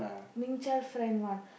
Ming Qiao friend one